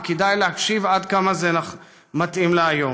וכדאי להקשיב עד כמה זה מתאים להיום: